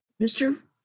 Mr